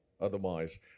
Otherwise